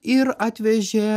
ir atvežė